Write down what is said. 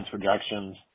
projections